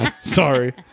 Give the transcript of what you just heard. Sorry